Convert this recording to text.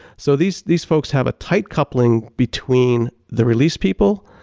so these these folks have a tight coupling between the release people,